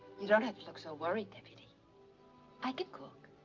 you don't have to look so worried. i can cook.